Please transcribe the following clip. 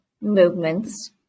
movements